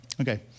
Okay